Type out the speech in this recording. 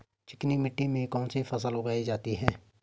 चिकनी मिट्टी में कौन कौन सी फसल उगाई जाती है?